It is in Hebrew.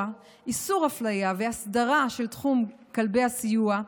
איסור אפליה והסדרה של תחום כלבי הסיוע,